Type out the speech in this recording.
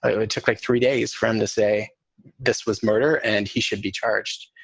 it took like three days for them to say this was murder and he should be charged.